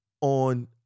on